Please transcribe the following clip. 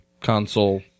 console